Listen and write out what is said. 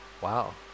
Wow